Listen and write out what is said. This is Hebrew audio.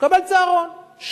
תקבל צהרון.